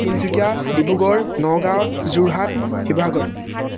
তিনিচুকয়ীা Dibrugarh Nagaon Jorhat Sivasagar